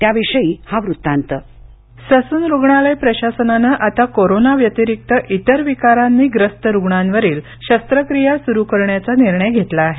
त्याविषयी हा वृत्तांत ससून रुग्णालय प्रशासनानं आता कोरोनाव्यतिरिक्त इतर विकारांनी ग्रस्त रुग्णांवरील शस्त्रक्रीया सुरू करण्याचा निर्णय घेतला आहे